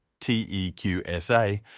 TEQSA